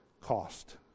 cost